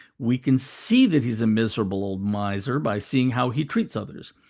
we can see that he's a miserable old miser by seeing how he treats others,